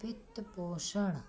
वित्त पोषण